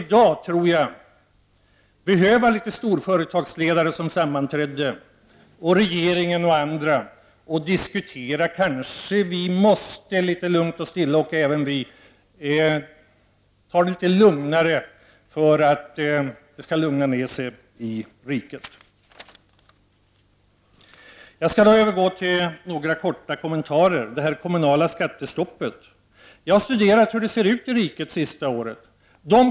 I dag tror jag att vi skulle behöva att storföretagsledare, regeringen och andra skulle sammanträda för att diskutera i termer av att de kanske skall ta det litet lugnare för egen del för att det skall lugna ner sig i riket. Jag skall övergå till att göra några korta kommentarer och börjar med det kommunala skattestoppet. Jag har studerat hur det har sett ut i riket under det senaste året.